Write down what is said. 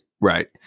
right